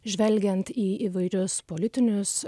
žvelgiant į įvairius politinius